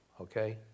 okay